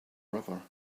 river